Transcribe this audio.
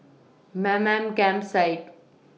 Mamam Campsite